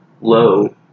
low